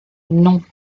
non